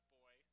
boy